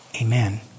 amen